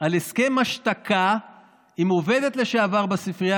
על הסכם השתקה עם עובדת לשעבר בספרייה